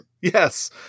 Yes